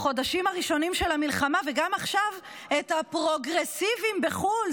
בחודשים הראשונים של המלחמה וגם עכשיו את הפרוגרסיבים בחו"ל,